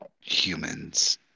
Humans